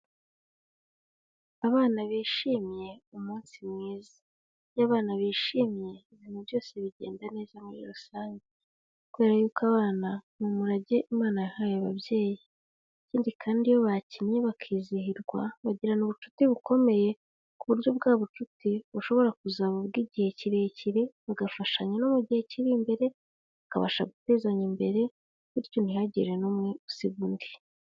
Abana bishimye umunsi mwiza, iyo abana bishimiye ibintu byose bigenda neza muri rusange, kubera yuko abana ni umurage Imana yahaye ababyeyi, ikindi kandi iyo bakinnye bakizihirwa bagirana ubucuti bukomeye ku buryo bwa bucuti bushobora kuzaba ubw'igihe kirekire bagafashanya no mu gihe kiri imbere, bakabasha gutezanya imbere bityo ntihagire n'umwe usiga undi.